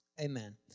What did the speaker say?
amen